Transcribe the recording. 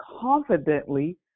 confidently